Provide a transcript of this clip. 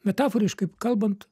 metaforiškai kalbant